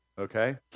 okay